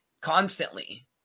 constantly